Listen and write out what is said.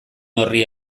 horri